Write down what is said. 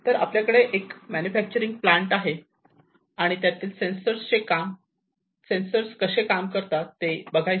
तर आपल्याकडे एक मॅन्युफॅक्चरिंग प्लांट आहे आणि त्यातील सेंसर कसे काम करतात हे बघायचं